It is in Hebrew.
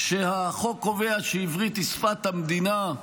שהחוק קובע שעברית היא שפת המדינה,